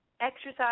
exercise